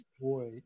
Boy